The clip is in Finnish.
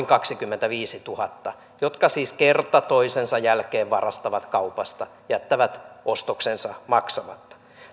kaksikymmentäviisituhatta jotka siis kerta toisensa jälkeen varastavat kaupasta jättävät ostoksensa maksamatta